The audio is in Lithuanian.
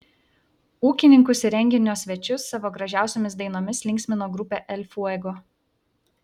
ūkininkus ir renginio svečius savo gražiausiomis dainomis linksmino grupė el fuego